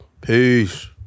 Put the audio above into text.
Peace